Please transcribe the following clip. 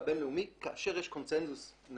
ישראייר וארקיע טסות לאילת,